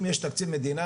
אם יש תקציב מדינה,